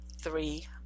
three